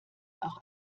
auch